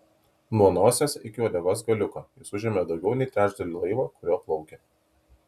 nuo nosies iki uodegos galiuko jis užėmė daugiau nei trečdalį laivo kuriuo plaukė